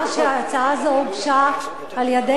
שההצעה הזאת הוגשה על-ידינו,